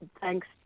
thanks